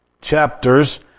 chapters